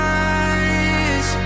eyes